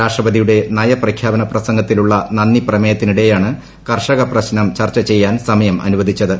രാഷ്ട്രപതിയുടെ നയപ്രഖ്യാപന പ്രസംഗത്തിലുളള നന്ദി പ്രമേയത്തിനിടെയാണ് കർഷക പ്രശ്നം ചർച്ചചെയ്യാൻ സമയം അനുവദിച്ചത്